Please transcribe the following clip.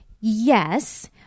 Yes